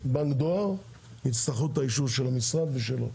בנק דואר יצטרכו את האישור של המשרד ושלו.